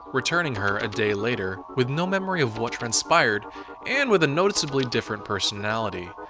returning her a day later with no memory of what transpired and with a noticeably different personality.